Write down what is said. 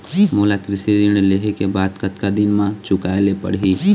मोला कृषि ऋण लेहे के बाद कतका दिन मा चुकाए ले पड़ही?